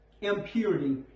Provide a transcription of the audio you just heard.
impurity